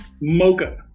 Mocha